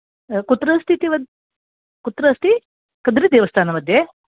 कुत्र अस्ति इति वद् कुत्र अस्ति कुद्रे देवस्थान मध्ये